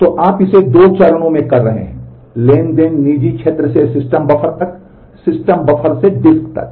तो आप इसे दो चरणों में कर रहे हैं ट्रांज़ैक्शन निजी क्षेत्र से सिस्टम बफर तक सिस्टम बफर से डिस्क तक